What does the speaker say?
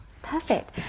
Perfect